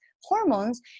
hormones